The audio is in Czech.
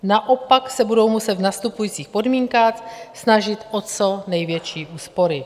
Naopak se budou muset v nastupujících podmínkách snažit o co největší úspory.